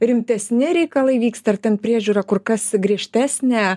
rimtesni reikalai vyksta ir ten priežiūra kur kas griežtesnė